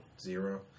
Zero